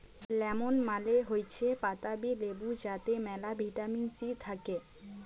lemon মালে হৈচ্যে পাতাবি লেবু যাতে মেলা ভিটামিন সি থাক্যে